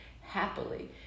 happily